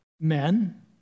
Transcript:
Men